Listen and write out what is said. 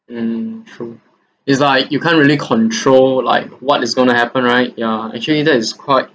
mm true it's like you can't really control like what is going to happen right yeah actually that is quite